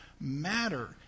matter